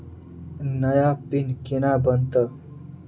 नया पिन केना बनत?